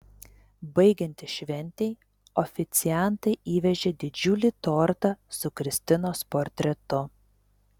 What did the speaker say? baigiantis šventei oficiantai įvežė didžiulį tortą su kristinos portretu